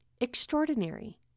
extraordinary